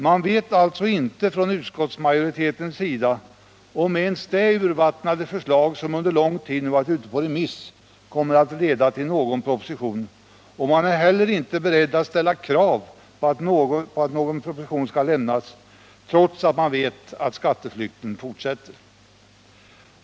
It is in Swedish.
Man vet alltså från utskottsmajoritetens sida inte ens om det urvattnade förslag som under lång tid nu varit ute på remiss kommer att leda till någon proposition, och man är heller inte beredd att ställa krav på att någon proposition skall lämnas trots att man vet att skatteflykten fortsätter.